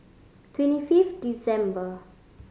twenty fifth December